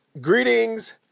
Greetings